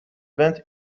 went